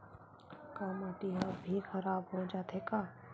का माटी ह भी खराब हो जाथे का?